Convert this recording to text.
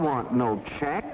want no check